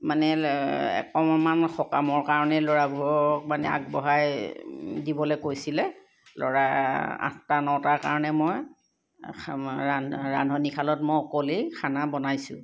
মানে অকণমান সকামৰ কাৰণে ল'ৰাবোৰক মানে আগবঢ়াই দিবলৈ কৈছিলে ল'ৰা আঠটা নটাৰ কাৰণে মই ৰান্ধনিশালত মই অকলেই খানা বনাইছোঁ